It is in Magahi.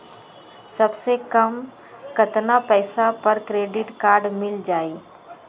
सबसे कम कतना पैसा पर क्रेडिट काड मिल जाई?